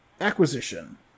Acquisition